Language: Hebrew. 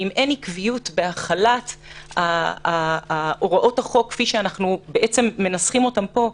ואם אין עקביות בהחלת הוראות החוק כפי שאנחנו בעצם מנסחים אותן פה,